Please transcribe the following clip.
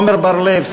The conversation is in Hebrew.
עמר בר-לב,